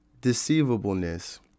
deceivableness